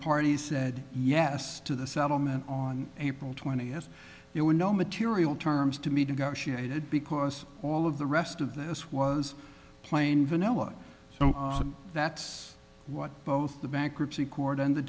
party said yes to the settlement on april twentieth there were no material terms to me to go she added because all of the rest of this was plain vanilla so that's what both the bankruptcy court and the